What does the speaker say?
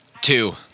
Two